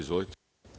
Izvolite.